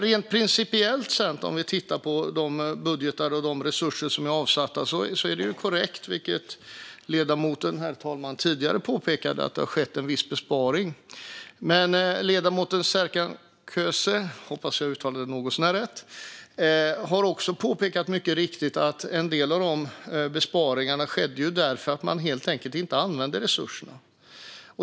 Rent principiellt, sett till tidigare budgetar och avsatta resurser, är det korrekt att det - vilket ledamoten tidigare påpekade, herr talman - har skett en viss besparing. Men som ledamoten Serkan Köse - jag hoppas att jag uttalar namnet något så när rätt - också mycket riktigt har påpekat skedde en del av dessa besparingar därför att man helt enkelt inte använde resurserna.